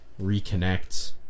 reconnect